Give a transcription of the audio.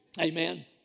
Amen